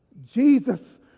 Jesus